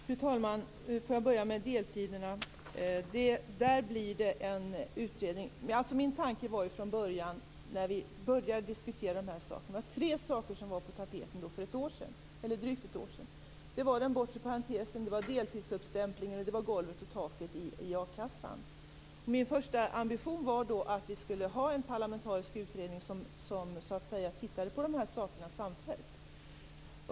Fru talman! Låt mig börja med deltiderna. Där blir det en utredning. När vi började diskutera de här sakerna för drygt ett år sedan var det tre saker som var på tapeten: den bortre parentesen, deltidsuppstämplingen samt golvet och taket i a-kassan. Min första ambition var då att vi skulle ha en parlamentarisk utredning som tittade på de här sakerna samfällt.